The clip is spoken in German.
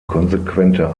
konsequente